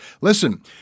Listen